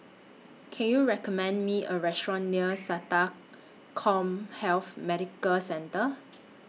Can YOU recommend Me A Restaurant near Sata Commhealth Medical Centre